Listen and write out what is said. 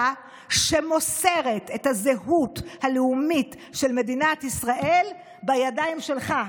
שמוסרת את הזהות הלאומית של מדינת ישראל בידיים שלך.